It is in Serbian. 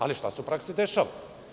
Ali, šta se u praksi dešava?